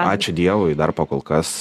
ačiū dievui dar po kol kas